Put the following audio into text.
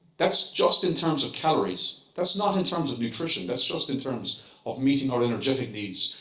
that's just in terms of calories. that's not in terms of nutrition. that's just in terms of meeting our energetic needs,